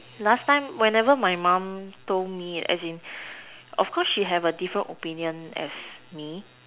last time whenever my mum told me as in of course she have a different opinion as me